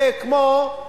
זה כמו,